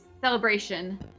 celebration